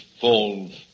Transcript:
falls